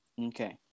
Okay